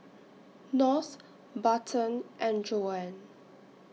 North Barton and Joann